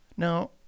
Now